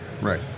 Right